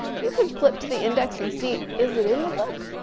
you can flip to the index and see is it in the book?